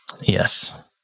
Yes